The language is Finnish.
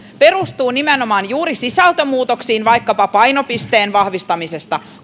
perustuu nimenomaan juuri sisältömuutoksiin vaikkapa painopisteen vahvistamiseen